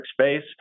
space